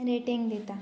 rating दितां